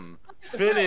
Finish